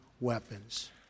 weapons